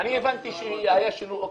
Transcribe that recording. אני הבנתי שהיה שינוי אופי.